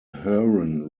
huron